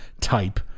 type